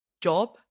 job